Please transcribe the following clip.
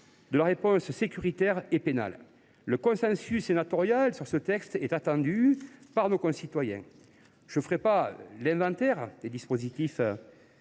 : la réponse sécuritaire et pénale. Le consensus sénatorial est attendu par nos concitoyens. Je ne ferai pas l’inventaire des dispositifs